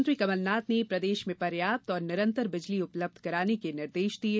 मुख्यमंत्री कमलनाथ ने प्रदेश में पर्याप्त और निरन्तर बिजली उपलब्ध कराने के निर्देश दिये